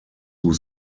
who